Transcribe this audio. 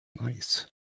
Nice